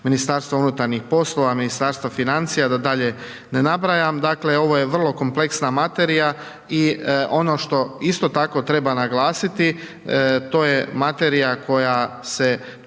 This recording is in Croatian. kolika je važnost MUP-a, Ministarstva financija, da dalje ne nabrajam, dakle ovo je vrlo kompleksna materija i ono što isto tako treba naglasiti to je materija koja se